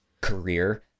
career